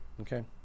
Okay